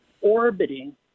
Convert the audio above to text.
orbiting